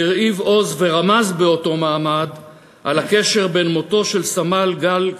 והרהיב עוז ורמז באותו מעמד על הקשר בין מותו של סמ"ר גל קובי,